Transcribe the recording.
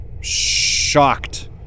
shocked